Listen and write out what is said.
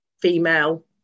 female